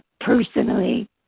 personally